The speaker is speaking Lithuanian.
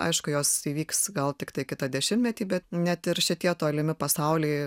aišku jos įvyks gal tiktai kitą dešimtmetį bet net ir šitie tolimi pasauliai